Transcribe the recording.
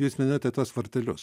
jūs minėjote tuos vartelius